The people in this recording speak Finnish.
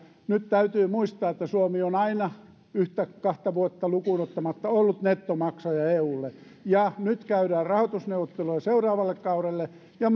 nyt täytyy muistaa että suomi on aina yhtä kahta vuotta lukuun ottamatta ollut nettomaksaja eulle nyt käydään rahoitusneuvotteluja seuraavalle kaudelle ja